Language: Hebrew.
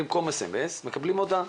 במקום סמס מקבלים הודעה.